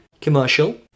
commercial